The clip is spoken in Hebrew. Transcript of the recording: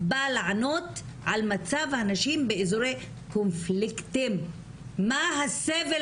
בא לענות על מצב הנשים באזורי קונפליקטים - מה הסבל